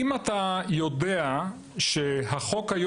ההסתדרות, הם גם הופתעו בכלל שהגענו.